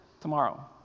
tomorrow